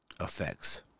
effects